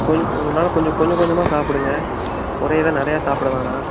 கொஞ்ச உங்கனால் கொஞ்சம் கொஞ்சமாக சாப்பிடுங்க ஒரே இதாக நிறையா சாப்பிட வேணாம்